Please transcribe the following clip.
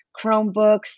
Chromebooks